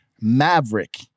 MAVERICK